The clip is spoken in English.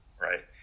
right